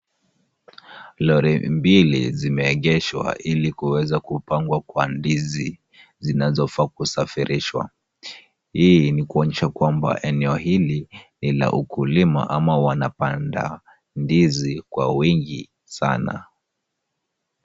Lori mbili zimeegeshwa ili kuweza kupangwa kwa ndizi zinazofaa kusafirishwa. Hii ni kuonyesha kwamba eneo hili ni la ukulima ama wanapanda ndizi kwa wingi sana.